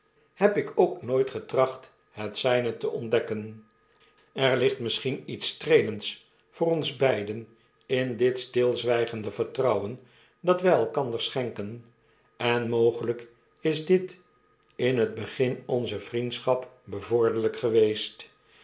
f ik ook nooit getracht het zyne te ontdekken er ligt misschien lets streelends voor ons beiden in dit stilzwygende vertrouwen dat wy elkander scheiikeij en mogelijk is dit in het begin onze vriendschap bevorderlyk geweest